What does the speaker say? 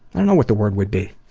i don't know what the word would be.